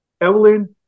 Evelyn